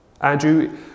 Andrew